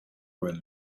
room